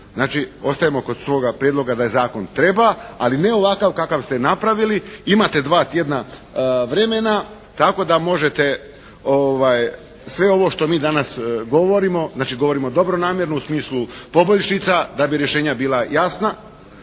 Znači ostajemo kod svoga prijedloga da zakon treba, ali ne ovakav kakav ste napravili. Imate dva tjedna vremena tako da možete sve ovo što mi danas govorimo, znači govorimo dobronamjerno u smislu poboljšica da bi rješenja bila jasna